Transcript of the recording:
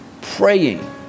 praying